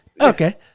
okay